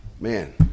Man